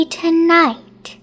tonight